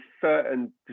certain